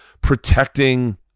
protecting